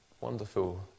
wonderful